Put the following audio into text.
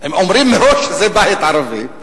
הם אומרים מראש שזה בית ערבי,